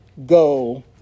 go